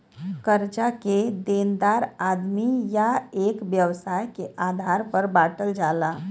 कर्जा के देनदार आदमी या एक व्यवसाय के आधार पर बांटल जाला